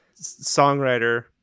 songwriter